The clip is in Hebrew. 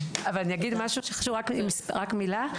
אני אגיד עוד משהו שקשור, רק מילה.